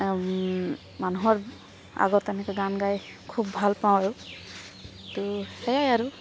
মানুহৰ আগত এনেকৈ গান গাই খুব ভাল পাওঁ আৰু ত' সেইয়াই আৰু